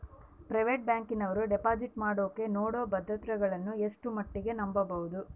Private ಬ್ಯಾಂಕಿನವರು deposit ಮಾಡೋಕೆ ನೇಡೋ ಭದ್ರತೆಗಳನ್ನು ಎಷ್ಟರ ಮಟ್ಟಿಗೆ ನಂಬಬಹುದು?